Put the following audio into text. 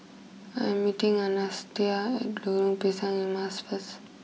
I'm meeting Anastacia at Lorong Pisang Emas first